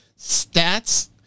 stats